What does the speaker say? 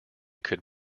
could